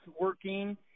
working